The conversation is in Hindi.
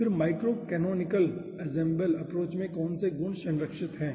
फिर माइक्रो कैनोनिकल एन्सेम्बल एप्रोच में कौन से गुण संरक्षित हैं